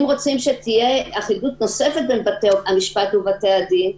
אם רוצים שתהיה אחידות נוספת בין בתי-המשפט לבתי הדין,